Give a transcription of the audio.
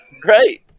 great